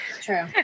True